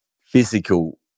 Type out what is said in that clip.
physical